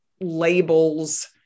labels